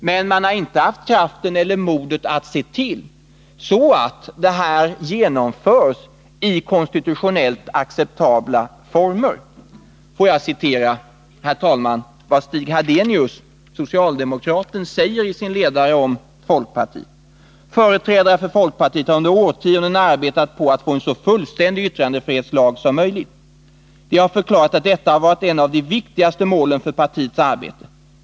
Men man har inte haft kraften eller modet att se till att lagstiftningen genomförs i konstitutionellt acceptabla former. Får jag, herr talman, citera vad socialdemokraten Stig Hadenius säger i sin ledare om folkpartiet: ”Företrädare för folkpartiet har under årtionden arbetat på att få en så fullständig yttrandefrihetslag som möjligt. De har förklarat att detta har varit ett av de viktigaste målen för partiets arbete.